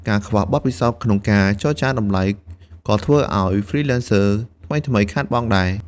ការខ្វះបទពិសោធន៍ក្នុងការចរចាតម្លៃ ក៏ធ្វើឱ្យ Freelancers ថ្មីៗខាតបង់ដែរ។